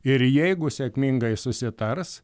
ir jeigu sėkmingai susitars